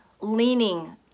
leaning